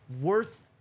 worth